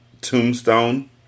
tombstone